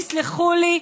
תסלחו לי,